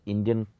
Indian